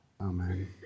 Amen